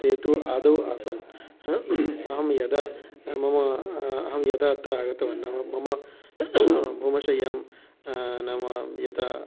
ते तु आदौ आसन् अहं यदा मम अहं यदा अत्र आगतवान् नाम भूमशय्यां नाम यथा